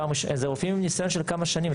אלה רופאים עם ניסיון של כמה שנים,